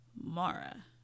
Mara